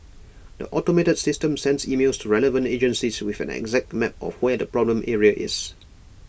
the automated system sends emails to relevant agencies with an exact map of where the problem area is